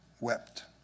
wept